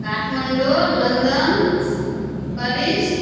Kathmandu London Paris